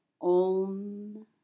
Om